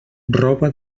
roba